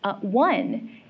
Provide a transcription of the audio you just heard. One